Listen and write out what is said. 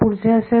पुढचे असेल